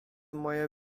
moje